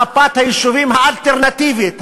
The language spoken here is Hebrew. מפת היישובים האלטרנטיבית,